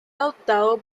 adoptado